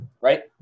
Right